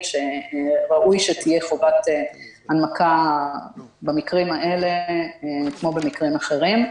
שראוי שתהיה חובת הנמקה במקרה הזה כמו במקרים אחרים.